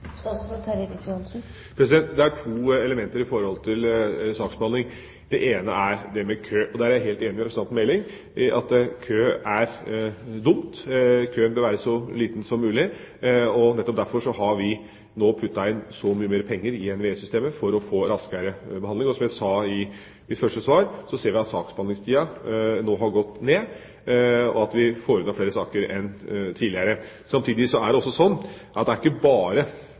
Det er to elementer i forhold til saksbehandling. Det ene er det med kø. Der er jeg helt enig med representanten Meling, kø er dumt, køen bør være så liten som mulig. Derfor har vi nå puttet inn så mye mer penger i NVE-systemet for å få raskere behandling. Som jeg sa i mitt første svar, ser vi at saksbehandlingstida nå har gått ned, og at vi får unna flere saker enn tidligere. Samtidig er det sånn at det er ikke bare